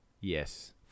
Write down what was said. Yes